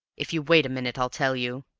if you wait a minute i'll tell you.